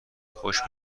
خوش